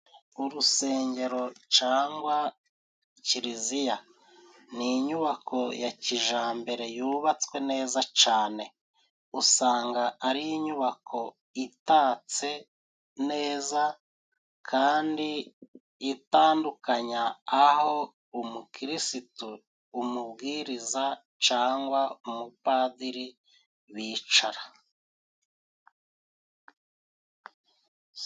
Urusengero cangwa kiliziya ni inyubako ya kijambere yubatswe neza cane. Usanga ari inyubako itatse neza kandi itandukanya aho umukirisitu, umubwiriza, cyangwa umupadiri bicara.